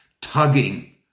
tugging